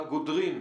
הגודרים,